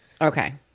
Okay